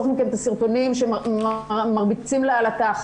אני אחסוך מכם את הסרטונים שמרביצים לה על התחת.